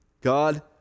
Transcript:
God